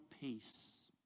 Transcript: peace